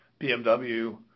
BMW